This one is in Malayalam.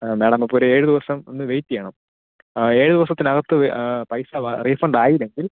ആ മേഡം അപ്പം ഒരു ഏഴ് ദിവസം ഒന്ന് വെയിറ്റ് ചെയ്യണം ഏഴ് ദിവസത്തിനകത്ത് പൈസ റീഫണ്ടായില്ലെങ്കിൽ